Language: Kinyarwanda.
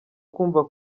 kumva